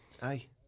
Hey